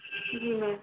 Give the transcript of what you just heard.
जी ma'am